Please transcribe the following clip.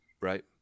Right